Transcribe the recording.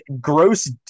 gross